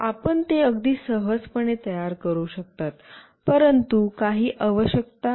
आपण ते अगदी सहजपणे तयार करू शकता परंतु काही आवश्यकता आहेत